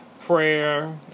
prayer